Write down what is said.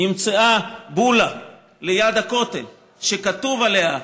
נמצאה בולה ליד הכותל שכתוב עליה: